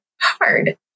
hard